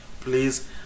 Please